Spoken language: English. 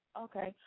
Okay